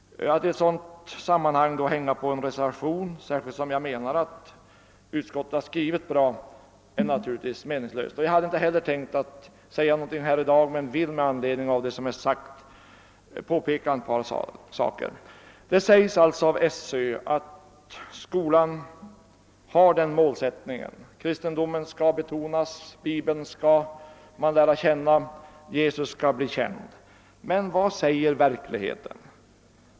Att i ett sådant läge foga en reservation till utlåtandet är naturligtvis meningslöst. Jag ansåg dessutom att utskottets skrivning var ganska bra. Jag hade inte heller tänkt delta i denna debatt men vill nu med anledning av vad som sagts påpeka ett par saker. Skolöverstyrelsen framhåller alltså att skolan har den målsättningen att kristendomen skall betonas, att eleverna skall lära känna Bibeln och att Jesus skall bli känd. Men vad säger verkligheten?